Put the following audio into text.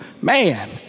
Man